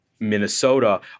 Minnesota